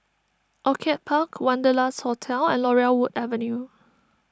Orchid Park Wanderlust Hotel and Laurel Wood Avenue